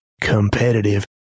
competitive